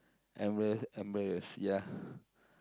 embarrass embarrass yeah